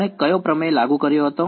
આપણે કયો પ્રમેય લાગુ કર્યો હતો